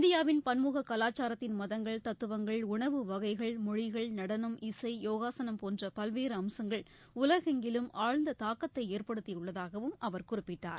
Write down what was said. இந்தியாவின் பன்முக கலாச்சாரத்தின் மதங்கள் தத்துவங்கள் உணவு வகைகள் மொழிகள் நடனம் யோகாசனம் போன்ற பல்வேறு அம்சங்கள் உலகெங்கிலும் ஆழ்ந்த தாக்கத்தை இசை ஏற்படுத்தியுள்ளதாகவும் அவர் குறிப்பிட்டார்